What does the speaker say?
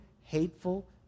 hateful